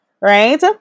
right